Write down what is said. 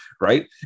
right